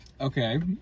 Okay